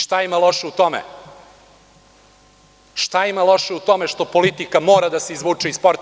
Šta ima loše u tome, šta ima loše u tome što politika mora da se izvuče iz sporta?